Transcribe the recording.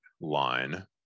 line